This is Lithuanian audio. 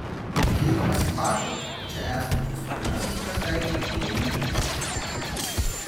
įeidamas į patalpą čia esančius pirmasis pasveikina įeinantysis